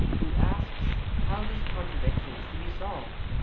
who asks how this contradiction is to be solved.